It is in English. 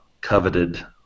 coveted